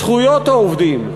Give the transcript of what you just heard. זכויות העובדים,